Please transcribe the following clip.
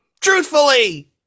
truthfully